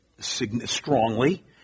strongly